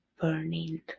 Burning